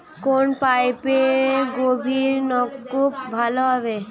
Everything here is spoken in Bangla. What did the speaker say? কোন পাইপে গভিরনলকুপ ভালো হবে?